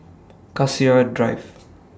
Cassia Drive